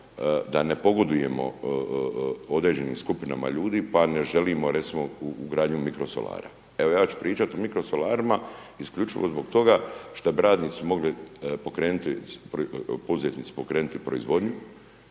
da ne pogodujemo određenim skupinama ljudi, pa ne želimo recimo ugradnju mikro solara. Evo ja ću pričat o mikro solarima isključivo zbog toga što bi radnici mogli pokrenuti, poduzetnici pokrenuti proizvodnju,